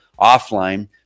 offline